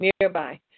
nearby